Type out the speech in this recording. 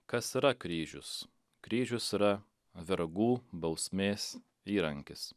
kas yra kryžius kryžius yra vergų bausmės įrankis